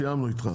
סיימנו איתך.